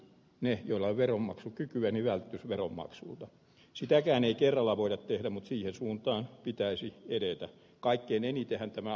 ne joilla veronmaksukyky menivät veromaksulta sitäkään ei kerralla voida tehdä mut siihen suuntaan pitäisi edetä kaikkein enitenhän tämä